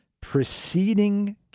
preceding